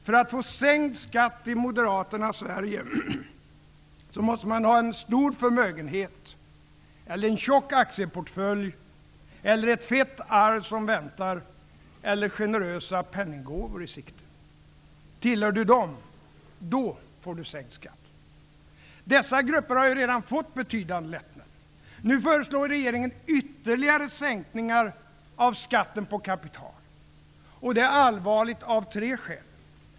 För att få sänkt skatt i moderaternas Sverige måste man ha en stor förmögenhet, eller en tjock aktieportfölj, eller ett fett arv som väntar, eller generösa penninggåvor i sikte. Tillhör du dem, då får du sänkt skatt. Dessa grupper har redan fått betydande lättnader. Nu föreslår regeringen ytterligare sänkningar av skatten på kapital. Det här är allvarligt av tre skäl.